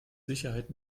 sicherheit